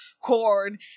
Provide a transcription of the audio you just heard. corn